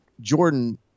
Jordan